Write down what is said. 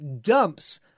dumps